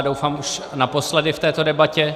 Já, doufám, už naposledy v této debatě.